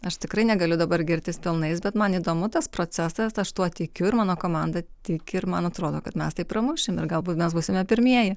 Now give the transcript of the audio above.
aš tikrai negaliu dabar girtis pelnais bet man įdomu tas procesas aš tuo tikiu ir mano komanda tiki ir man atrodo kad mes tai pramušim ir galbūt mes būsime pirmieji